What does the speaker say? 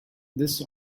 this